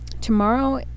Tomorrow